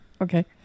Okay